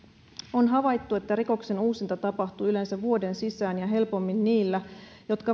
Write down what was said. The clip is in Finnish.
on havaittu että rikoksen uusinta tapahtuu yleensä vuoden sisään ja helpommin niillä jotka